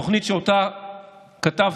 התוכנית שאותה כתבתי,